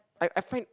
I I find